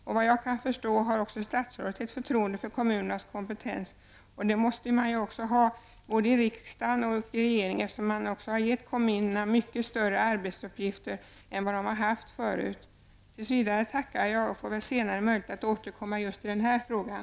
Såvitt jag förstår har också statsrådet ett förtroende för kommunernas kompetens, och det måste ju riksdag och regering ha, eftersom man också ger kommunerna mycket större arbetsuppgifter än vad de har haft tidigare. Tills vidare tackar jag och får väl senare möjlighet att återkomma i just den här frågan.